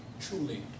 truly